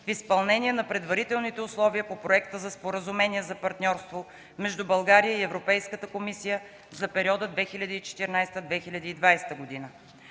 в изпълнение на предварителните условия по Проекта за споразумение за партньорство между България и Европейската комисия за периода 2014-2020 г.